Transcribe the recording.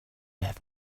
have